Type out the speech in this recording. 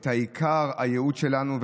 את עיקר הייעוד שלנו,